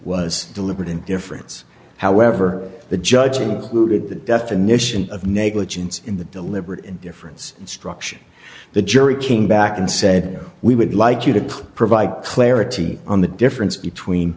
was deliberate indifference however the judge included the definition of negligence in the deliberate indifference instruction the jury came back and said we would like you to provide clarity on the difference between